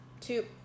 two